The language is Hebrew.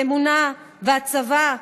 אמונה והצבא,